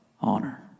Honor